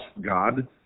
God